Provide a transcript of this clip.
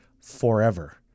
forever